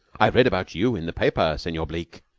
i read about you in the paper, senor bleke.